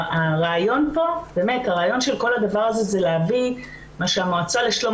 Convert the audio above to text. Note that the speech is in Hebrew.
הרעיון של כל זה להביא מה שהמועצה לשלום